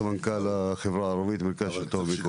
סמנכ"ל החברה הערבית במרכז השלטון המקומי.